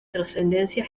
trascendencia